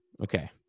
Okay